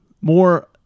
More